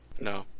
No